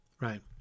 right